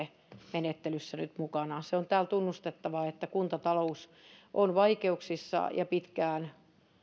menettelyssä nyt mukana se on täällä tunnustettava että kuntatalous on vaikeuksissa ja pitkään